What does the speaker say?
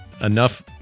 enough